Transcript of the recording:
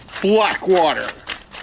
Blackwater